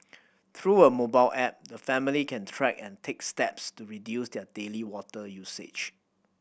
through a mobile app the family can track and take steps to reduce their daily water usage